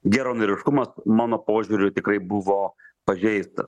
geranoriškumas mano požiūriu tikrai buvo pažeistas